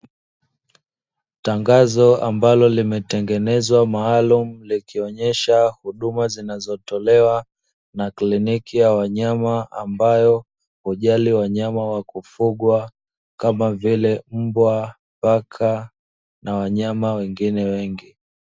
Tangazo ambalo limetengenezwa maalumu likionyesha huduma zinazotolewa na kliniki ya wanyama, ambayo hujali wanyama wa kufugwa kama vile: mbwa, paka na wanyama wengine wengi.